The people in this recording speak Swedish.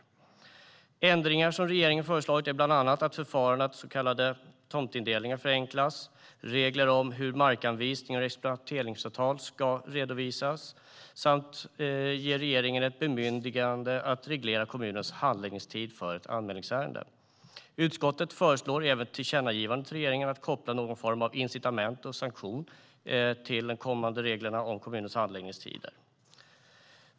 De ändringar som regeringen föreslagit innebär bland annat att förfarandet för så kallade tomtindelningar förenklas och att reglerna om hur markanvisningar och exploateringsavtal ska redovisas samordnas. Regeringen ger även ett bemyndigande att reglera kommunens handläggningstid för ett anmälningsärende. Utskottet föreslår även ett tillkännagivande till regeringen om att koppla någon form av incitament eller sanktioner till kommande regler om kommuners handläggningstider.